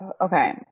okay